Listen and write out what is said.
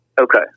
Okay